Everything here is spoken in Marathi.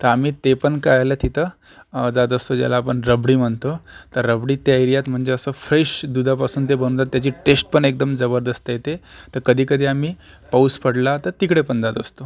तर आम्ही ते पण खायला तिथं जात असतो ज्याला आपण रबडी म्हणतो तर रबडी त्या एरियात म्हणजे असं फ्रेश दुधापासून ते बनवतात त्याची टेष्ट पण एकदम जबरदस्त येते तर कधीकधी आम्ही पाऊस पडला तर तिकडे पण जात असतो